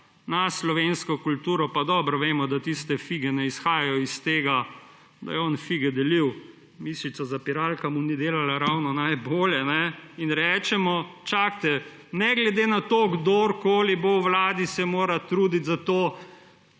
na slovensko kulturo – pa dobro vemo, da tiste fige ne izhajajo iz tega, da je on fige delil, mišica zapiralka mu ni delala ravno najbolje – in reči, čakajte, ne glede na to, kdo bo v Vladi, se mora truditi za to,